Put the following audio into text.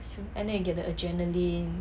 and then you get the adrenaline